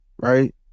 right